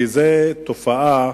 זאת תופעה,